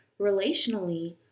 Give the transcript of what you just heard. relationally